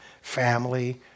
family